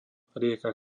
rieka